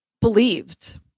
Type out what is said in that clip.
believed